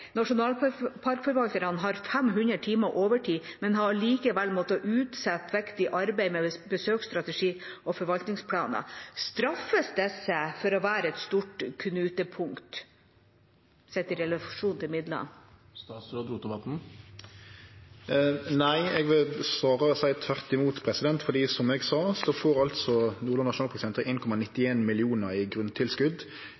har 500 timer overtid, men har likevel måttet utsette viktig arbeid med besøksstrategi og forvaltningsplaner. Straffes dette senteret for å være et stort knutepunkt, sett i relasjon til midlene? Nei, eg vil snarare seie tvert imot, for som eg sa, får Nordland nasjonalparksenter 1,91 mill. kr i grunntilskot, medan dei fleste andre nasjonalparksenter får